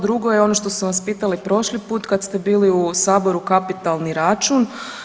Drugo je ono što smo vas pitali prošli put kad ste bili u Saboru kapitalni račun.